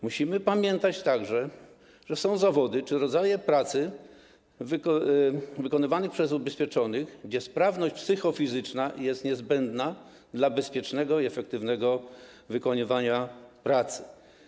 Musimy pamiętać także, że są zawody czy rodzaje pracy wykonywane przez ubezpieczonych, gdzie sprawność psychofizyczna jest niezbędna dla bezpiecznego i efektywnego wykonywania pracy.